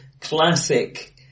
classic